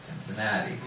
Cincinnati